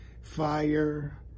fire